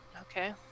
okay